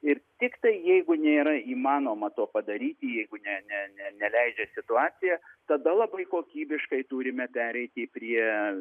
ir tiktai jeigu nėra įmanoma to padaryti jeigu ne ne ne neleidžia situacija tada labai kokybiškai turime pereiti prie